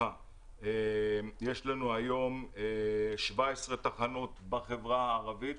יש לנו היום 17 תחנות בחברה הערבית,